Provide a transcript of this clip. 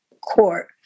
court